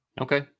Okay